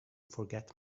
forget